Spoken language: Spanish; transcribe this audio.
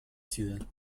ciudad